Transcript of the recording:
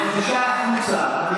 בבקשה, החוצה.